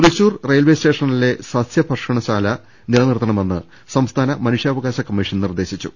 Thrissur railway സ്റ്റേഷനിലെ സസ്യഭക്ഷണശാല നില നിർത്തണമെന്ന് സംസ്ഥാന മനുഷ്യാവകാശ കമ്മീഷൻ നിർദേശിച്ചു